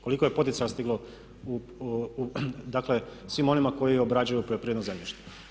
Koliko je poticaja stiglo, dakle svim onima koji obrađuju poljoprivredno zemljište.